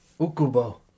Ukubo